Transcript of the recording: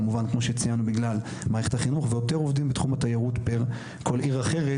ויותר עובדים בתחום התיירות מאשר בכל עיר אחרת,